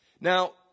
Now